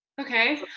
Okay